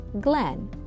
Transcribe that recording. Glenn